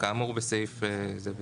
כאמור בסעיף זה וזה.